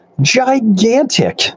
gigantic